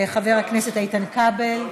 חבר הכנסת איתן כבל.